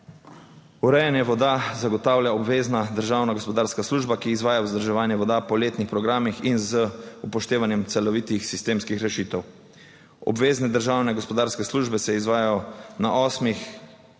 Urejanje voda zagotavlja obvezna državna gospodarska služba, ki izvaja vzdrževanje voda po letnih programih in z upoštevanjem celovitih sistemskih rešitev. Obvezne državne gospodarske službe se izvajajo na osmih